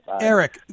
Eric